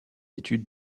études